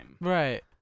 Right